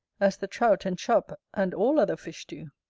as the trout and chub, and all other fish do.